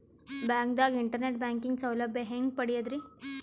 ಬ್ಯಾಂಕ್ದಾಗ internet banking ಸೌಲಭ್ಯ ಹೆಂಗ್ ಪಡಿಯದ್ರಿ?